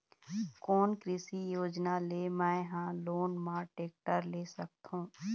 कोन कृषि योजना ले मैं हा लोन मा टेक्टर ले सकथों?